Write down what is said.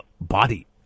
body